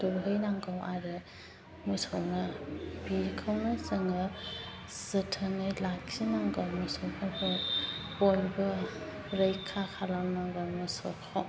दौहैनांगौ आरो मोसौनो बेखौनो जोङो जोथोनै लाखिनो नांगौ मोसौफोरखौ बयबो रैखा खालामनांगौ मोसौखौ